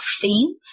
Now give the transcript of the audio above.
theme